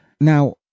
now